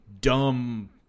dumb